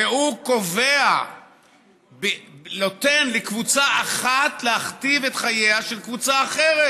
והוא נותן לקבוצה אחת להכתיב את חייה של קבוצה אחרת.